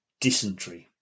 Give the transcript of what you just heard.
Dysentery